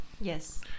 yes